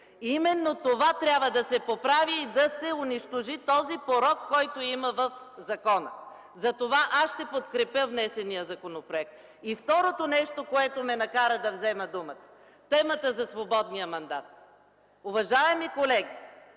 Именно това трябва да се поправи и да се унищожи този порок, който има в закона. Затова аз ще подкрепя внесения законопроект. Второто нещо, което ме накара да взема думата, е темата за свободния мандат. Уважаеми колеги,